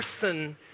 person